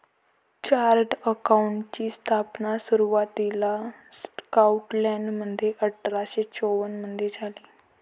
chartered अकाउंटंटची स्थापना सुरुवातीला स्कॉटलंडमध्ये अठरा शे चौवन मधे झाली